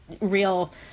real